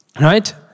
right